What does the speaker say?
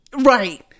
right